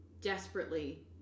desperately